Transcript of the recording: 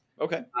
Okay